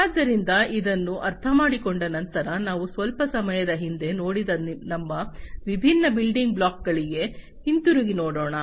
ಆದ್ದರಿಂದ ಇದನ್ನು ಅರ್ಥಮಾಡಿಕೊಂಡ ನಂತರ ನಾವು ಸ್ವಲ್ಪ ಸಮಯದ ಹಿಂದೆ ನೋಡಿದ ನಮ್ಮ ವಿಭಿನ್ನ ಬಿಲ್ಡಿಂಗ್ ಬ್ಲಾಕ್ಗಳಿಗೆ ಹಿಂತಿರುಗಿ ನೋಡೋಣ